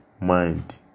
Mind